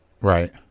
right